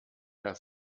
herr